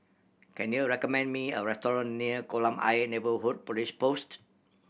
can you recommend me a restaurant near Kolam Ayer Neighbourhood Police Post